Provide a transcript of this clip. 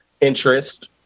interest